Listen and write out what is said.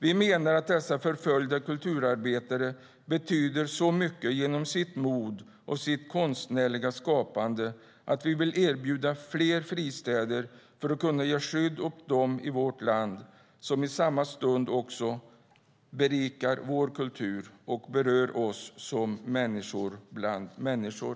Vi menar att förföljda kulturarbetare betyder så mycket genom sitt mod och sitt konstnärliga skapande att vi vill erbjuda fler fristäder för att kunna ge skydd åt dem i vårt land som i samma stund också berikar vår kultur och berör oss som människor bland människor.